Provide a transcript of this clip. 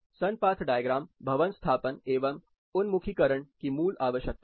सन path diagram भवन स्थापन एवं उन्मुखीकरण की मूल आवश्यकता है